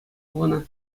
хунӑ